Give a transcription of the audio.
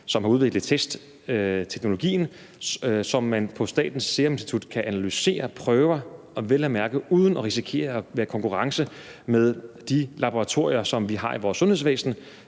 som har udviklet testteknologien, så man på Statens Serum Institut kan analysere prøver og vel at mærke uden at risikere at være i konkurrence med de laboratorier, vi har i vores sundhedsvæsen,